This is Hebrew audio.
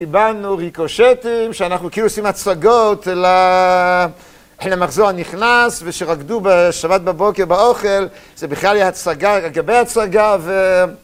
קיבלנו ריקושטים שאנחנו כאילו עושים הצגות למחזור הנכנס ושרקדו בשבת בבוקר באוכל זה בכלל היא הצגה על גבי הצגה ו...